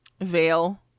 veil